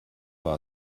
war